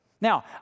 Now